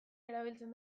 erabiltzen